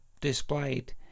displayed